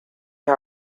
how